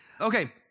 Okay